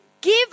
give